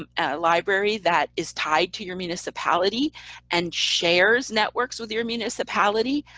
um and a library that is tied to your municipality and shares networks with your municipality,